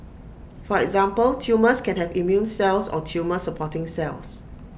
for example tumours can have immune cells or tumour supporting cells